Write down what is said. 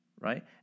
right